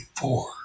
four